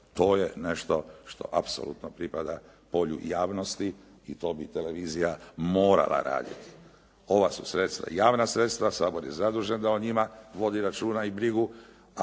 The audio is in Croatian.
to je nešto što apsolutno pripada polju javnosti i to bi televizija morala raditi. Ova su sredstva javna sredstva, Sabor je zadužen da o njima vodi računa i brigu,